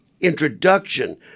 introduction